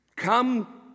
Come